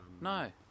No